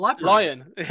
Lion